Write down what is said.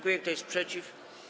Kto jest przeciw?